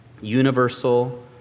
universal